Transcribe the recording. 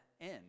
end